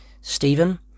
Stephen